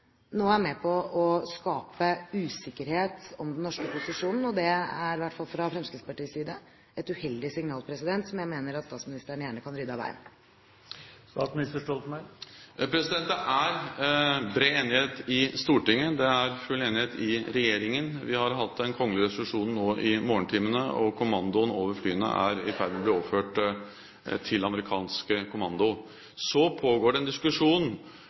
nå er med på skape usikkerhet om den norske posisjonen. Det er i hvert fall fra Fremskrittspartiets side et uheldig signal som jeg mener at statsministeren gjerne kan rydde av veien. Det er bred enighet i Stortinget. Det er full enighet i regjeringen. Vi har vedtatt den kongelige resolusjonen nå i morgentimene, og kommandoen over flyene er i ferd med å bli overført til amerikansk kommando. Så pågår det en diskusjon om hvordan kommandoen skal organiseres i framtiden. Den